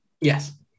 Yes